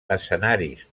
escenaris